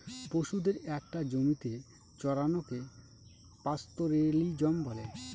পশুদের একটা জমিতে চড়ানোকে পাস্তোরেলিজম বলা হয়